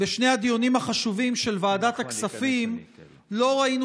בשני הדיונים החשובים של ועדת הכספים לא ראינו